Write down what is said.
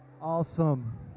Awesome